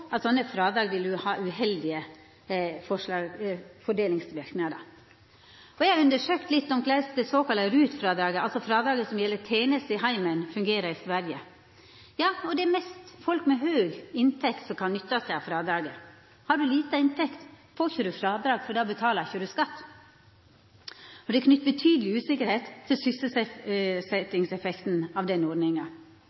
at sånne frådrag vil ha uheldige fordelingsverknader. Eg har undersøkt litt om korleis det såkalla RUT-frådraget – altså frådraget som gjeld tenester i heimen – fungerer i Sverige. Det er mest folk med høg inntekt som kan nytta seg av det frådraget. Har du lita inntekt, får du ikkje frådrag, for då betalar du ikkje skatt. Det er knytt betydeleg usikkerheit til